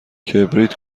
کبریت